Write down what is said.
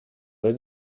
they